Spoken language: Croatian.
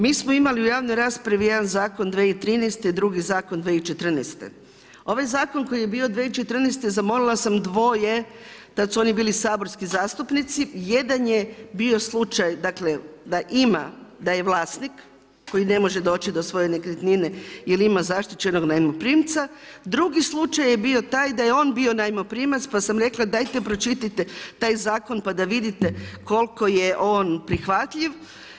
Mi smo imali u javnoj raspravi jedan zakon 2013. i drugi zakon 2014. ovaj zakon koji je bio 2014. zamolila sam dvoje, tada su oni bili saborski zastupnici, jedan je bio slučaj da ima da je vlasnik koji ne može doći do svoje nekretnine jer ima zaštićenog najmoprimca, drugi slučaj je bio taj da je on bio najmoprimac pa sam rekla dajte pročitajte taj zakon pa da vidite koliko je on prihvatljiv.